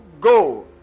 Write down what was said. go